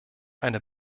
eine